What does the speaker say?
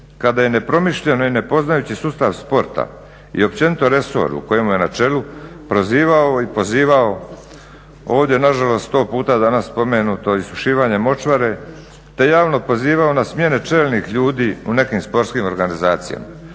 kada je nepromišljeno i ne poznajući sustav sporta i općenito resor u kojemu je na čelu prozivao i8 pozivao ovdje nažalost sto puta danas spomenuto isušivanje močvare te javno pozivao na smjene čelnih ljudi u nekim sportskih organizacijama.